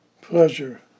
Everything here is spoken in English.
Pleasure